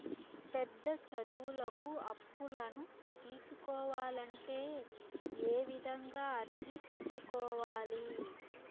పెద్ద చదువులకు అప్పులను తీసుకోవాలంటే ఏ విధంగా అర్జీ పెట్టుకోవాలి?